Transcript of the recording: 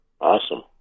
Awesome